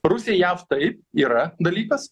rusija jav taip yra dalykas